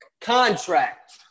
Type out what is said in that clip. Contract